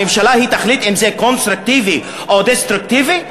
הממשלה תחליט אם זה קונסטרוקטיבי או דסטרוקטיבי?